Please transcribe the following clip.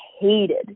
hated